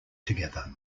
together